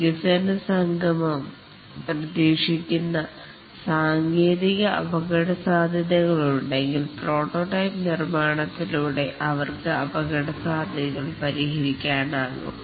വികസന സംഗമം പ്രതീക്ഷിക്കുന്ന സാങ്കേതിക അപകടസാധ്യതകൾ ഉണ്ടെങ്കിൽ പ്രോട്ടോടൈപ്പ് നിർമാണത്തിലൂടെ അവർക്ക് അപകടസാധ്യതകൾ പരിഹരിക്കാനാകും